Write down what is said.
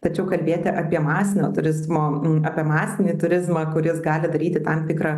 tačiau kalbėti apie masinio turizmo apie masinį turizmą kuris gali daryti tam tikrą